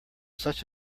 such